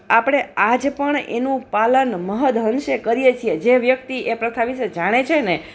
આપણે આજપણ એનું પાલન મહદઅંશે કરીએ છીએ જે વ્યક્તિ એ પ્રથા વિષે જાણે છેને